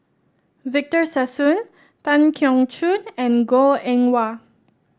Victor Sassoon Tan Keong Choon and Goh Eng Wah